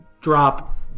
drop